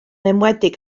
enwedig